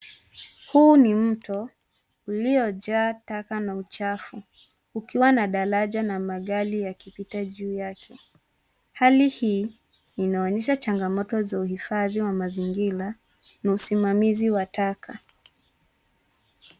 Huu ni mto ulio jaa taka na uchafu ukiwa na daraja na magari yakipita juu yake. Hali hii inaonyesha changamoto za uhifadhi wa mazingira na usimamizi wa taka.